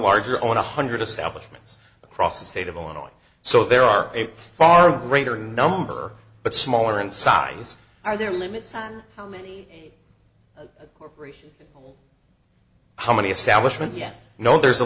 larger on one hundred establishment across the state of illinois so there are a far greater number but smaller in size are there limits on how many corporations how many establishment yet you know there's a